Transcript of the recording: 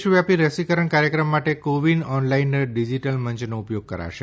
દેશ વ્યાપી રસીકરણ કાર્યક્રમ માટે કો વીન ઓનલાઈન ડિજીટલ મંયનો ઉપયોગ કરાશે